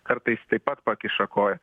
kartais taip pat pakiša koją